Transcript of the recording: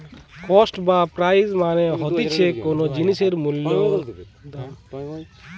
cost বা price মানে হতিছে কোনো জিনিসের দাম বা মূল্য